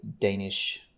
Danish